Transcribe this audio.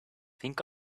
think